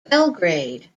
belgrade